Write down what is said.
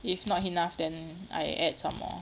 if not enough then I add some more